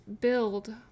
build